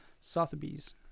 Sotheby's